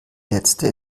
letzte